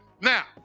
Now